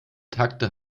takte